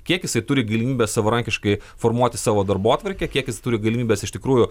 kiek jisai turi galimybę savarankiškai formuoti savo darbotvarkę kiek jis turi galimybes iš tikrųjų